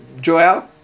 Joel